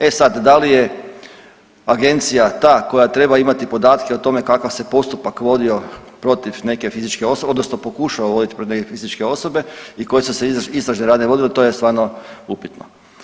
E sad, da li je Agencija ta koja treba imati podatke o tome kakav se postupak vodio protiv neke fizičke osobe, odnosno pokušao voditi protiv neke fizičke osobe i koje su se istražne radnje vodile, to je stvarno upitno.